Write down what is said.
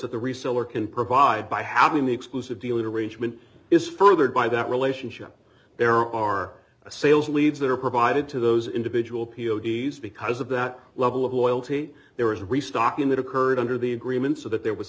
at the reseller can provide by having the exclusive deal arrangement is furthered by that relationship there are a sales leads that are provided to those individual p o d s because of that level of loyalty there is restocking that occurred under the agreement so that there was